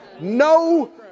no